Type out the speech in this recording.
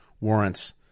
warrants